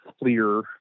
clear